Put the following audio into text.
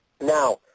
Now